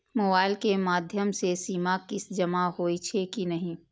Mobile के माध्यम से सीमा किस्त जमा होई छै कि नहिं?